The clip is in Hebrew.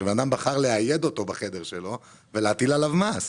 שבן אדם בחר לאייד אותו בחדר שלו, ולהטיל עליו מס.